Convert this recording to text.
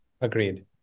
Agreed